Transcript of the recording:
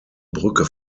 brücke